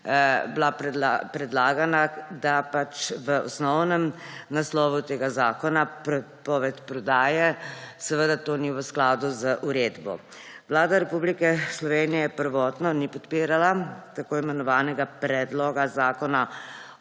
bila predlagana, da pač v osnovnem naslovu tega zakona prepoved prodaje ni v skladu z uredbo. Vlada Republike Slovenije prvotno ni podpirala tako imenovanega Predloga zakona